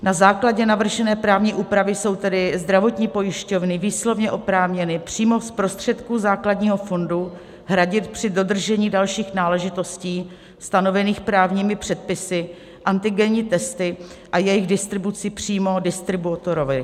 Na základě navržené právní úpravy jsou tedy zdravotní pojišťovny výslovně oprávněny přímo z prostředků základního fondu hradit při dodržení dalších náležitostí stanovených právními předpisy antigenní testy a jejich distribuci přímo distributorovi.